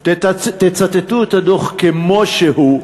תצטטו את הדוח כמו שהוא,